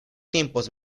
tiempos